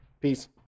Peace